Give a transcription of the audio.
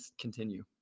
continue